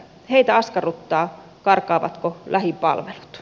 heitä askarruttaa karkaavatko lähipalvelut